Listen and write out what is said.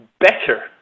better